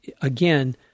again